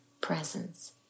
presence